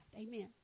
Amen